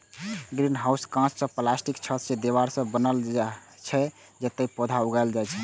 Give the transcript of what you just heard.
greenhouse कांच या प्लास्टिकक छत आ दीवार सं बनल होइ छै, जतय पौधा उगायल जाइ छै